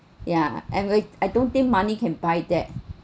yeah and we I don't think money can buy that